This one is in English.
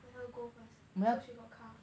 let her go first so she got car I